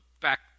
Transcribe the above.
back